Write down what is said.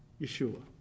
Yeshua